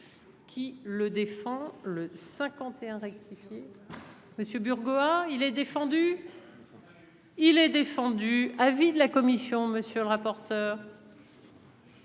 Qui le défend le 51 rectifié. Monsieur Burgot. Ah il est défendu. Le. Il est défendu avis de la commission. Monsieur le rapporteur.